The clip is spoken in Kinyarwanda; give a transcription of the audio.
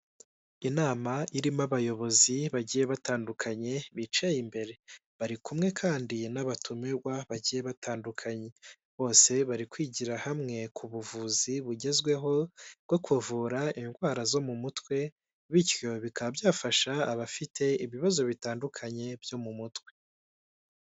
Inama irimo abayobozi bagiye batandukanye bicaye imbere, bari kumwe kandi n'abatumirwa bagiye batandukanye bose bari kwigira hamwe ku buvuzi bugezweho bwo kuvura indwara zo mu mutwe bityo bikaba byafasha abafite ibibazo bitandukanye byo mu mutwe.